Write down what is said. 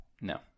no